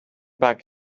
back